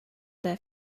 their